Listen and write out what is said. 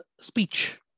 speech